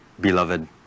Beloved